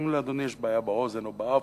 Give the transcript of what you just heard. אם לאדוני יש בעיה באוזן או באף,